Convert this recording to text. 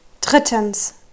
Drittens